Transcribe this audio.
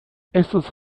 estos